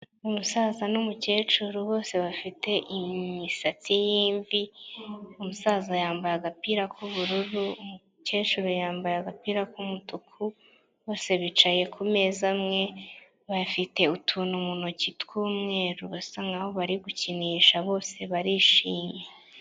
Umusaza n'umukecuru bose bafite imisatsi y'imvi, umusaza yambaye agapira k'ubururu, umukecuru yambaye agapira k'umutuku, bose bicaye kumeza amwe bafite utuntu mu ntoki tw'umweru basa nk'aho bari gukinisha bose barishimye.